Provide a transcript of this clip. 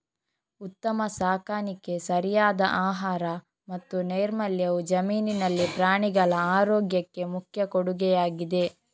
ಉತ್ತಮ ಸಾಕಾಣಿಕೆ, ಸರಿಯಾದ ಆಹಾರ ಮತ್ತು ನೈರ್ಮಲ್ಯವು ಜಮೀನಿನಲ್ಲಿ ಪ್ರಾಣಿಗಳ ಆರೋಗ್ಯಕ್ಕೆ ಮುಖ್ಯ ಕೊಡುಗೆಯಾಗಿದೆ